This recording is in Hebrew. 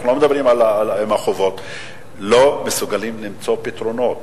אנחנו לא מדברים על החובות ולא מסוגלים למצוא פתרונות.